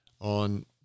on